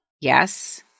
Yes